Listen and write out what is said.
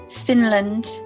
finland